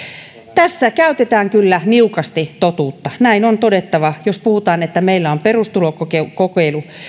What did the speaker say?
tässä käytetään kyllä niukasti totuutta näin on todettava meillä on perustulokokeilu